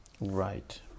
Right